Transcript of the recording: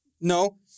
No